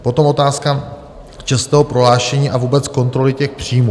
Potom otázka čestného prohlášení a vůbec kontroly příjmů.